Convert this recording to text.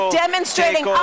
demonstrating